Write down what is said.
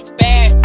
bad